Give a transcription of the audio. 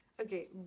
okay